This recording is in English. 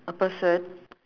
a person